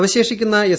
അവശേഷിക്കുന്ന എസ്